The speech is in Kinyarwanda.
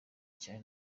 cyane